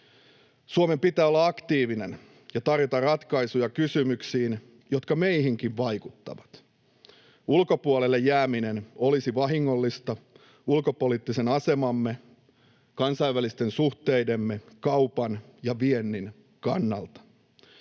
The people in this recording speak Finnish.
Suomen pitää olla aktiivinen ja tarjota ratkaisuja kysymyksiin, jotka meihinkin vaikuttavat. Ulkopuolelle jääminen olisi vahingollista ulkopoliittisen asemamme, kansainvälisten suhteidemme, kaupan ja viennin kannalta.